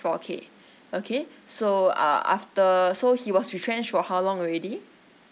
four K okay so uh after so he was retrenched for how long already